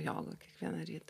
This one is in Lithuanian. jogą kiekvieną rytą